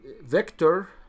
vector